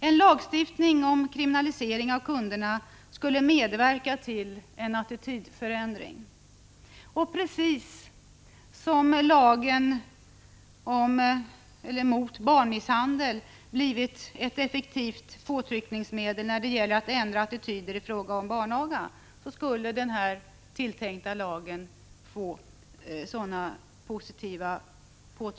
En lagstiftning om kriminalisering av kunderna skulle medverka till en attitydförändring. Den skulle kunna få en sådan positiv effekt, precis på samma sätt som lagen mot barnmisshandel har blivit ett effektivt påtryckningsmedel när det gäller att ändra attityder i fråga om barnaga.